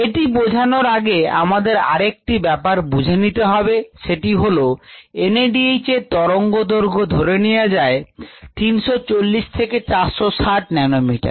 এটি বোঝানোর আগে আমাদের আরেকটি ব্যাপার বুঝে নিতে হবে সেটি হল NADH এর তরঙ্গদৈর্ঘ্য ধরে নেওয়া যায় 340 থেকে 460 ন্যানোমিটার